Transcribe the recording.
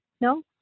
No